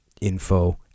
info